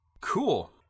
Cool